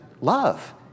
love